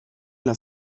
las